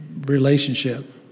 relationship